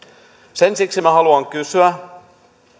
sen vuoksi minä haluan kysyä